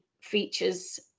features